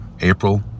April